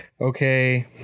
okay